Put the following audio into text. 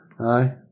aye